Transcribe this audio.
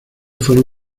fueron